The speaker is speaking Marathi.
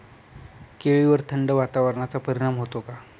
केळीवर थंड वातावरणाचा परिणाम होतो का?